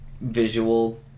visual